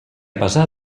pesar